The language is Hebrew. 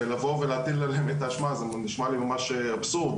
ולבוא ולהטיל עליהם את האשמה זה נשמע לי ממש אבסורד,